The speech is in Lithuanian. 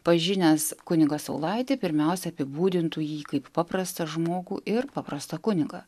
pažinęs kunigą saulaitį pirmiausia apibūdintų jį kaip paprastą žmogų ir paprastą kunigą